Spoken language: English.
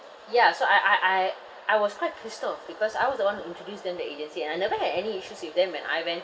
ya so I I I I was quite pissed off because I was the one who introduced them the agency and I never had any issues with them when I went